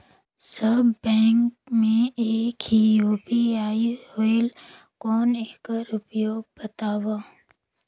सब bank मे एक ही यू.पी.आई होएल कौन एकर उपयोग बताव?